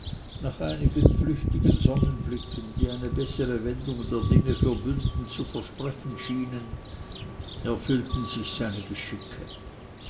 nach einigen flüchtigen sonnenblicken die eine bessere wendung der dinge für bünden zu versprechen schienen erfüllten sich seine geschicke